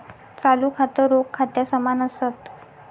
चालू खातं, रोख खात्या समान असत